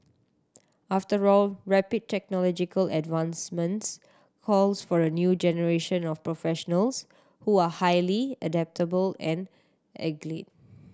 after all rapid technological advancements calls for a new generation of professionals who are highly adaptable and